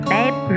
Babe